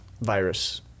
virus